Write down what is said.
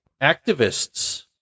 activists